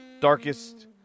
darkest